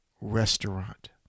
restaurant